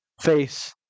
face